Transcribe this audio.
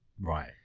Right